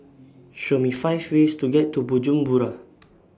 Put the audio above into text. Show Me five ways to get to Bujumbura